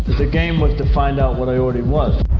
the game was to find out what i already was.